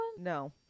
No